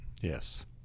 yes